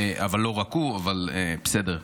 לא רק הוא, אבל בסדר.